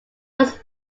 was